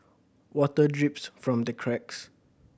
water drips from the cracks